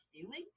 feeling